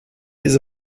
his